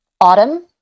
Autumn